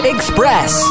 Express